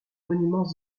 monuments